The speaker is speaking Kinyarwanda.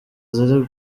ziri